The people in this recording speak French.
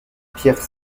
pierre